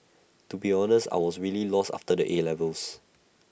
to be honest I was really lost after the 'A' levels